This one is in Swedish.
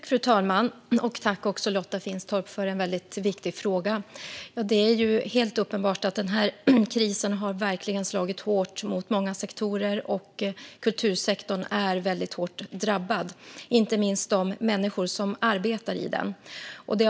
Fru talman! Jag tackar Lotta Finstorp för en mycket viktig fråga. Det är helt uppenbart att denna kris verkligen har slagit hårt mot många sektorer, och kultursektorn är mycket hårt drabbad och inte minst de människor som arbetar i den.